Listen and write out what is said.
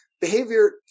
Behavior